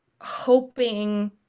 hoping